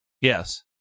Yes